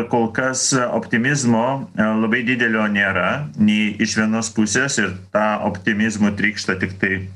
kol kas optimizmo labai didelio nėra nei iš vienos pusės ir tą optimizmu trykšta tiktai